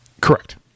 Correct